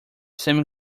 semi